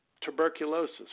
tuberculosis